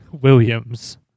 Williams